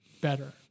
better